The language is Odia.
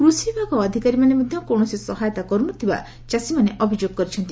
କୃଷି ବିଭାଗ ଅଧିକାରୀମାନେ ମଧ୍ଧ କୌଶସି ସହାୟତା କର୍ନନଥିବା ଚାଷୀମାନେ ଅଭିଯୋଗ କରିଛନ୍ତି